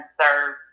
serve